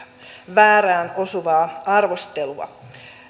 väärään osuvaa arvostelua